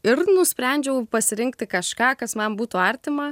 ir nusprendžiau pasirinkti kažką kas man būtų artima